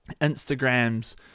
Instagram's